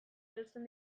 erosten